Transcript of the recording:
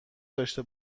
داشته